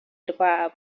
rwabo